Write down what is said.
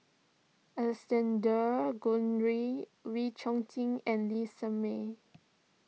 Alexander Guthrie Wee Chong Jin and Lee Shermay